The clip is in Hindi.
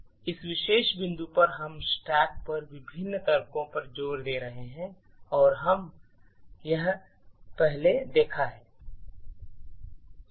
इस विशेष बिंदु पर हम स्टैक पर विभिन्न तर्कों पर जोर दे रहे हैं और यह हमने पहले देखा है